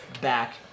back